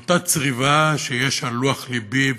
על אותה צריבה שיש על לוח לבי,